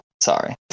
Sorry